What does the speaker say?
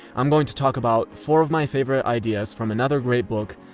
i'm going to talk about four of my favorite ideas from another great book,